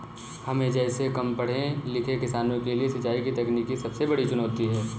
हम जैसै कम पढ़े लिखे किसानों के लिए सिंचाई की तकनीकी सबसे बड़ी चुनौती है